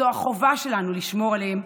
זו החובה שלנו לשמור עליהם,